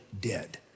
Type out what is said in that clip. dead